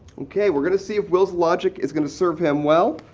okay, we're going to see if will's logic is going to serve him well.